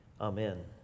amen